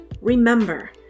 remember